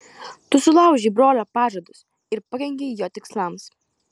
tu sulaužei brolio pažadus ir pakenkei jo tikslams